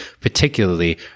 particularly